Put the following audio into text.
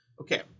Okay